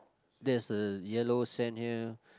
there's a yellow sand here